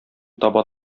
таба